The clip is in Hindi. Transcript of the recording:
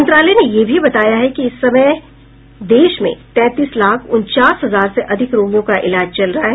मंत्रालय ने यह भी बताया कि इस समय देश में तैंतीस लाख उनचास हजार से अधिक रोगियों का इलाज चल रहा है